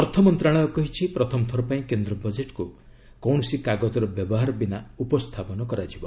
ଅର୍ଥ ମନ୍ତ୍ରଣାଳୟ କହିଛି ପ୍ରଥମ ଥର ପାଇଁ କେନ୍ଦ୍ର ବଜେଟ୍କୁ କୌଣସି କାଗଜର ବ୍ୟବହାର ବିନା ଉପସ୍ଥାପନ କରାଯିବ